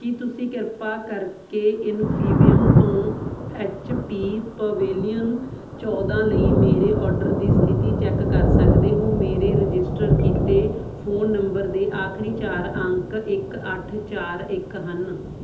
ਕੀ ਤੁਸੀਂ ਕਿਰਪਾ ਕਰਕੇ ਇਨਫੀਬੀਮ ਤੋਂ ਐਚ ਪੀ ਪਵੇਲੀਅਨ ਚੌਦਾਂ ਲਈ ਮੇਰੇ ਆਰਡਰ ਦੀ ਸਥਿਤੀ ਚੈੱਕ ਕਰ ਸਕਦੇ ਹੋ ਮੇਰੇ ਰਜਿਸਟਰ ਕੀਤੇ ਫ਼ੋਨ ਨੰਬਰ ਦੇ ਆਖਰੀ ਚਾਰ ਅੰਕ ਇੱਕ ਅੱਠ ਚਾਰ ਇੱਕ ਹਨ